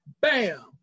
bam